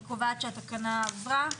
אני קובעת שהתקנה עברה.